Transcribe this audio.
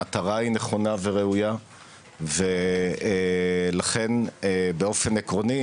המטרה היא נכונה וראויה ולכן באופן עקרוני